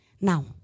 Now